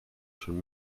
schon